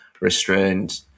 restrained